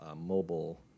mobile